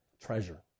treasure